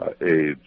AIDS